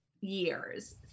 years